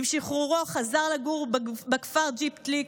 עם שחרורו חזר לגור בכפר ג'יפתליק,